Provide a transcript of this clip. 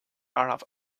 arab